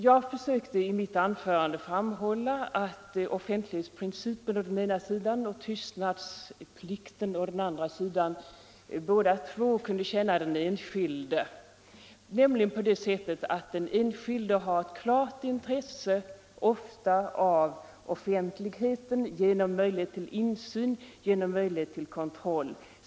Jag försökte i mitt anförande framhålla att offentlighetsprincipen å den ena sidan och tystnadsplikten å den andra sidan båda kunde tjäna den enskilde, nämligen på det sättet att den enskilde ofta har ett klart intresse av offentligheten genom möjlighet till insyn och genom möjlighet till kontroll.